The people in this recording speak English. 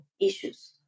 issues